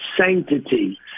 sanctity